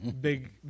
Big